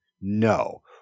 No